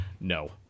No